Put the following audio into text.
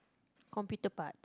computer parts